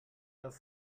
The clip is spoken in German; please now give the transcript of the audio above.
das